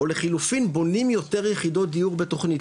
או לחילופין בונים יותר יחידות דיור בתוכנית,